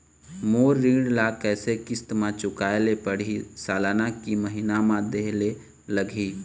मोर ऋण ला कैसे किस्त म चुकाए ले पढ़िही, सालाना की महीना मा देहे ले लागही?